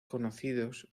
conocidos